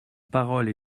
parole